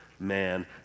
man